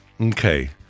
Okay